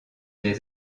des